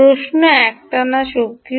প্রশ্ন একটানা শক্তি